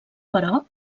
però